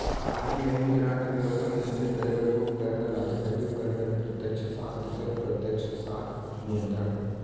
RBI मुद्रा अर्थबेवस्था म नियंत्रित करे बर दू उपकरन ल लाथे पहिली उपकरन अप्रत्यक्छ साख दूसर प्रत्यक्छ साख नियंत्रन